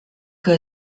que